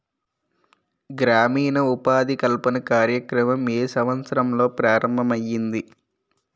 గ్రామీణ ఉపాధి కల్పన కార్యక్రమం ఏ సంవత్సరంలో ప్రారంభం ఐయ్యింది?